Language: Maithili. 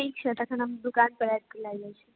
ठीक छै तखन हम दोकानपर आबि कऽ लए जाइ छी